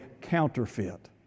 counterfeit